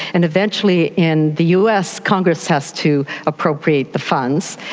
and eventually in the us, congress has to appropriate the funds.